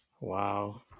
Wow